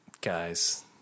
guys